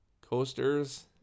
Coasters